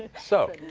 so.